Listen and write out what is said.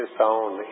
sound